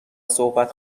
صحبت